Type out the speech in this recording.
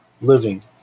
living